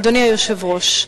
אדוני היושב-ראש,